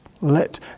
Let